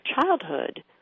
childhood